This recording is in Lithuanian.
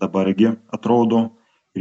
dabar gi atrodo